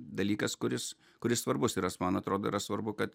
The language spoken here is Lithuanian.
dalykas kuris kuris svarbus yra man atrodo yra svarbu kad